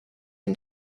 and